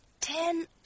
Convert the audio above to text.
ten